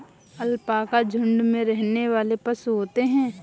alpaca झुण्ड में रहने वाले पशु होते है